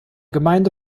gemeinde